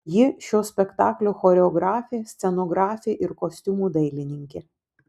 ji šio spektaklio choreografė scenografė ir kostiumų dailininkė